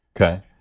Okay